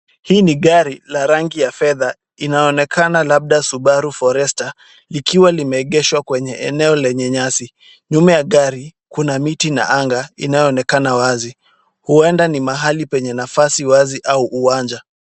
Hii ni gari la rangi ya fedha inaonekana labda Subaru Forester likiwa limeegeshwa kwenye eneo lenye nyasi. Nyuma ya gari kuna miti na anga inayoonekana wazi. Huenda ni mahali penye nafasi wazi au uwanja.